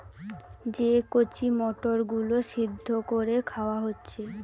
যে কচি মটর গুলো সিদ্ধ কোরে খাওয়া হচ্ছে